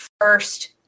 first